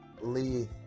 Lee